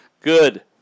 Good